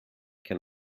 can